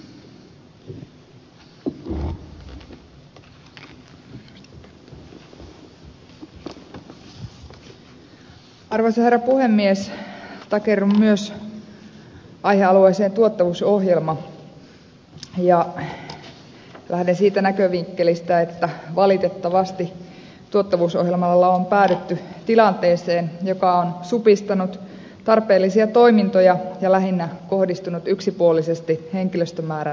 takerrun myös aihealueeseen tuottavuusohjelma ja lähden siitä näkövinkkelistä että valitettavasti tuottavuusohjelmalla on päädytty tilanteeseen joka on supistanut tarpeellisia toimintoja ja lähinnä kohdistunut yksipuolisesti henkilöstömäärän vähentämiseen